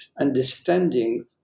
understanding